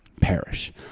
perish